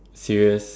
serious